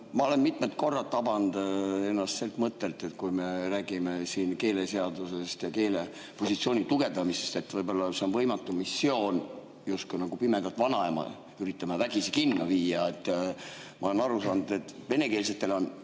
Olen mitmed korrad tabanud ennast mõttelt, et kui me räägime siin keeleseadusest ja eesti keele positsiooni tugevdamisest, siis võib-olla see on võimatu missioon. Justkui nagu pimedat vanaema üritame vägisi kinno viia. Ma olen aru saanud, et venekeelsetel on